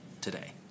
today